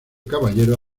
caballero